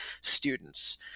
students